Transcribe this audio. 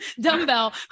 dumbbell